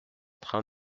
train